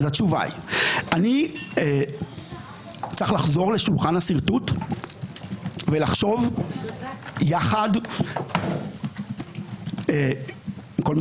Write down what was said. אז התשובה היא שאני צריך לחזור לשולחן הסרטוט ולחשוב יחד עם כל מי